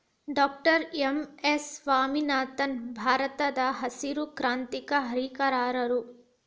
doctor M S Swaminathan ಭಾರತದಹಸಿರು ಕ್ರಾಂತಿಯ ಹರಿಕಾರರು